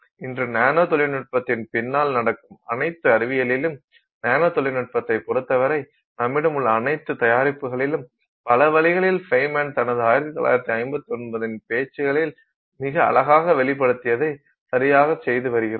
இன்று நானோ தொழில்நுட்பத்தின் பின்னால் நடக்கும் அனைத்து அறிவியலிலும் நானோ தொழில்நுட்பத்தைப் பொறுத்தவரை நம்மிடம் உள்ள அனைத்து தயாரிப்புகளும் பல வழிகளில் ஃபெய்ன்மேன் தனது 1959 பேச்சில் மிக அழகாக வெளிப்படுத்தியதைச் சரியாகச் செய்து வருகிறோம்